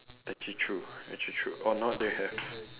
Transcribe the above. actually true actually true or not they have